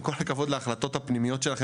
עם כל הכבוד להחלטות הפנימיות שלכם,